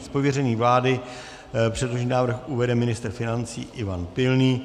Z pověření vlády předložený návrh uvede ministr financí Ivan Pilný.